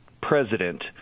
president